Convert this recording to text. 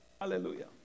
Hallelujah